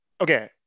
okay